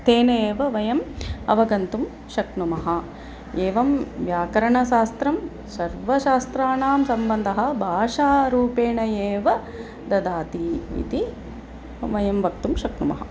तेन एव वयम् अवगन्तुं शक्नुमः एवं व्याकरणशास्त्रं सर्वशास्त्राणां सम्बन्धः भाषारूपेण एव ददाति इति वयं वक्तुं शक्नुमः